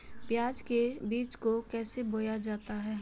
प्याज के बीज को कैसे बोया जाता है?